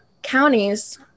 counties